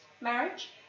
marriage